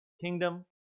kingdom